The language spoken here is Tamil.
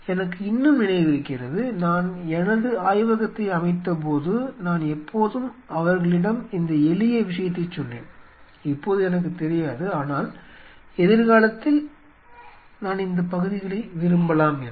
எனக்கு இன்னும் நினைவிருக்கிறது நான் எனது ஆய்வகத்தை அமைத்தபோது நான் எப்போதும் அவர்களிடம் இந்த எளிய விஷயத்தைச் சொன்னேன் இப்போது எனக்குத் தெரியாது ஆனால் எதிர்காலத்தில் நான் இந்த பகுதிகளை விரும்பலாம் என்று